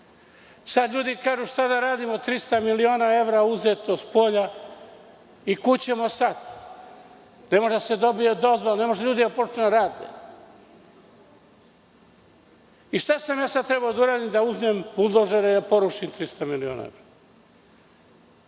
Sada ljudi kažu – šta da radimo, 300 miliona evra je uzeto od spolja i kuda ćemo sada? Ne može da se dobije dozvola, ne mogu ljudi da počnu da rade. Šta sam ja sada trebao da uradim? Da uzmem buldožere i da porušim 300 miliona evra?